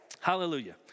hallelujah